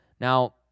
now